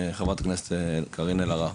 חברת הכנסת קארין אלהרר.